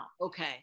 Okay